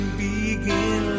begin